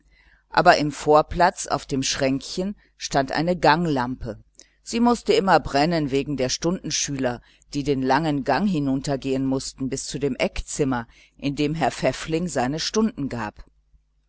aber im vorplatz auf dem schränkchen stand eine ganglampe sie mußte immer brennen wegen der stundenschüler die den langen gang hinunter gehen mußten bis zu dem eckzimmer in dem herr pfäffling seine stunden gab